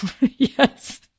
yes